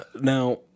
now